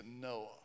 Noah